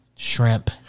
Shrimp